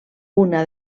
una